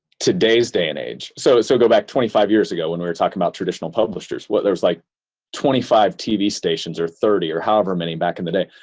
today's day and age. so so go back twenty five years ago when we're talking about traditional publishers, there was like twenty five tv stations or thirty, or however many back in the day.